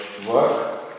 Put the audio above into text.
work